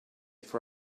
for